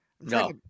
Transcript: No